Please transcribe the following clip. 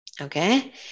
okay